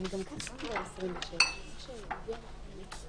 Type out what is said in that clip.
סיימנו להקריא.